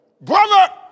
Brother